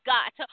God